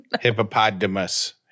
Hippopotamus